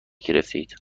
گرفتهاید